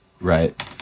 right